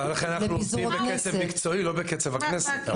ולכן אנחנו עובדים בקצב מקצועי, לא בקצב הכנסת.